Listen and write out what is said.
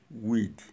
weed